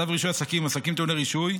צו רישוי עסקים (עסקים טעוני רישוי)